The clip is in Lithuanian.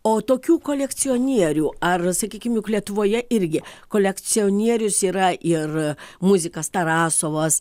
o tokių kolekcionierių ar sakykim juk lietuvoje irgi kolekcionierius yra ir muzikas tarasovas